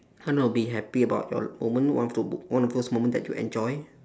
uh know be happy about your moment one of the one of those moment that you enjoy